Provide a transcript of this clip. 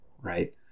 right